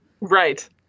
Right